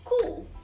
Cool